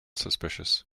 suspicious